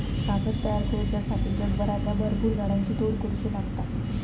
कागद तयार करुच्यासाठी जगभरातल्या भरपुर झाडांची तोड करुची लागता